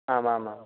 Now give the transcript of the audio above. आम् आम् आम्